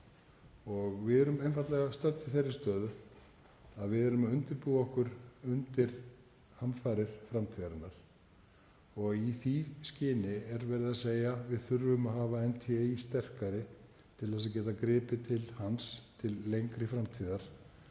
Við erum einfaldlega stödd þar að við erum að undirbúa okkur undir hamfarir framtíðarinnar. Í því skyni er verið að segja: Við þurfum að hafa NTÍ sterkari til að geta gripið til hans til lengri framtíðar